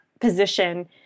position